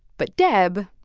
but deb?